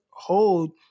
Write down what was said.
hold